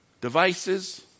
devices